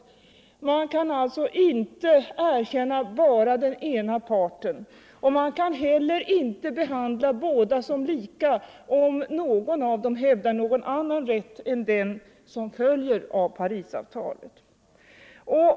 Man kan alltså inte erkänna någondera partens rätt att ensam representera Sydvietnam, och man kan heller inte behandla båda som lika om någon av dem hävdar någon annan rätt än den som följer av Parisavtalet.